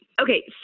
Okay